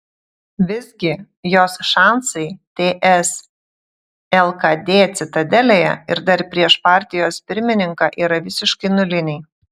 visgi jos šansai ts lkd citadelėje ir dar prieš partijos pirmininką yra visiškai nuliniai